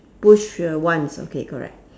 push here once okay correct